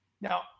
Now